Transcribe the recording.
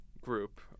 group